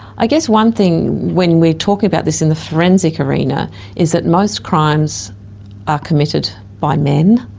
i guess one thing when we talk about this in the forensic arena is that most crimes are committed by men,